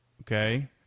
okay